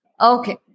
Okay